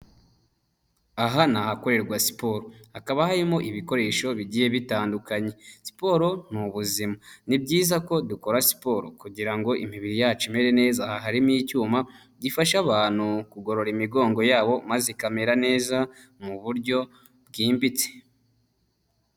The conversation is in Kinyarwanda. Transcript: Aha ni ahakorerwa siporo hakaba harimo ibikoresho bigiye bitandukanye siporo nzima ni byiza ko dukora siporo kugira ngo imibiri yacu imere neza harimo icyuma gifasha abantu kugorora imigongo yabo maze ikamera neza mu buryo bwimbitse.